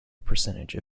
percentage